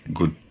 good